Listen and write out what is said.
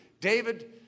David